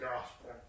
gospel